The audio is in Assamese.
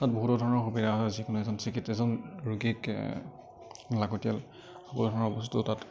তাত বহুতো ধৰণৰ সুবিধা হয় যিকোনো এজন চিকিট এজন ৰোগীক লাগতিয়াল সকলো ধৰণৰ বস্তু তাত